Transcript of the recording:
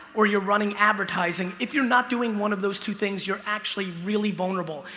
or you're running advertising if you're not doing one of those two things you're actually really vulnerable.